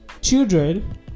children